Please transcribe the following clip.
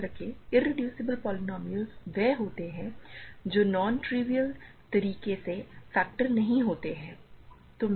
याद रखें irreducible polynomials वे होते हैं जो नॉन ट्रिविअल तरीके से फैक्टर नहीं होते हैं